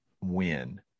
win